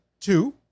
Two